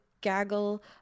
gaggle